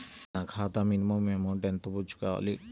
నా ఖాతా minimum amount ఎంత ఉంచుకోవాలి?